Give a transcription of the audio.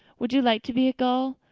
would you like to be a gull?